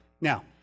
Now